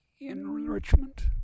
enrichment